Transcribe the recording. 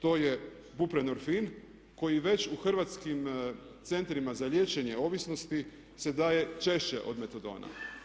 To je buprenorfin koji već u Hrvatskim centrima za liječenje ovisnosti se daje češće od metadona.